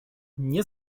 nie